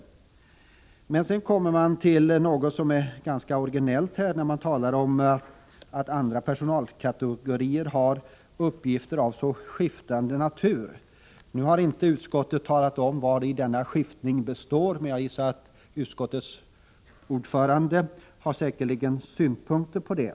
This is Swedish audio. Sedan kommer utskottsmajoriteten till något som är ganska originellt, när man talar om att andra personalkategorier har uppgifter av ”skiftande natur”. Utskottsmajoriteten har inte talat om vari denna ”skiftning” består, men jag gissar att utskottets ordförande har synpunkter på det.